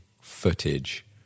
footage